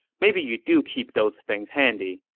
maybe you do keep those things handy.